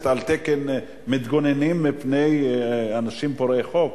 על תקן מתגוננים מפני אנשים פורעי חוק?